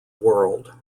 world